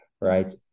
right